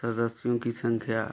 सदस्यों की संख्या